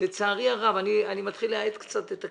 לצערי הרב, אני מתחיל להאט קצת את הקצב.